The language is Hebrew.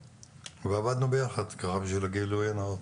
ועבדנו ביחד, בשביל הגילוי הנאות.